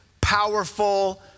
powerful